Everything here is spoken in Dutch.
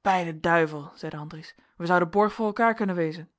bij zeide andries wij zouden borg voor elkaar kunnen wezen